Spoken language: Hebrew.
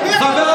מה זה הנאום הזה?